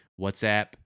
WhatsApp